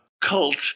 Cult